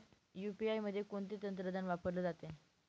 UPI मध्ये कोणते तंत्रज्ञान वापरले जाते?